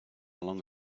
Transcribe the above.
along